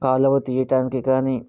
కాలువ తియ్యటానికి కానీ